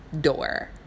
door